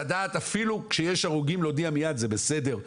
לדעת אפילו כשיש הרוגים להודיע מיד זה בסדר.